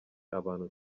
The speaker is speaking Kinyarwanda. abantu